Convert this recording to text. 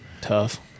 tough